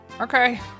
Okay